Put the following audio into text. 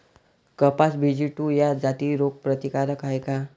कपास BG two ह्या जाती रोग प्रतिकारक हाये का?